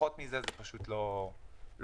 פחות מזה, זה לא אפקטיבי.